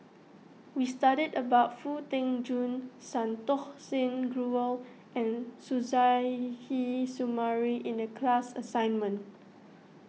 we studied about Foo Tee Jun Santokh Singh Grewal and Suzairhe Sumari in the class assignment